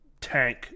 tank